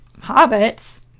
hobbits